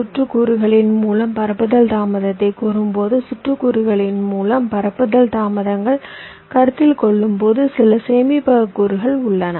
சுற்று கூறுகளின் மூலம் பரப்புதல் தாமதத்தை கூறும்போது சுற்று கூறுகளின் மூலம் பரப்புதல் தாமதங்களை கருத்தில் கொள்ளும்போது சில சேமிப்பக கூறுகள் உள்ளன